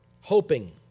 hoping